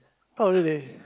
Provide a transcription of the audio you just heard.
oh really